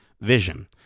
vision